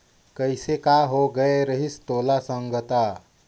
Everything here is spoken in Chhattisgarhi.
कइसे का होए गये रहिस तोला संगता